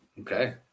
Okay